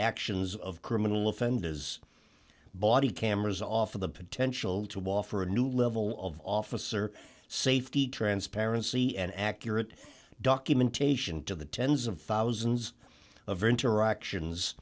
actions of criminal offend as body cameras off of the potential to offer a new level of officer safety transparency and accurate documentation to the s of thousands of interactions